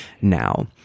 now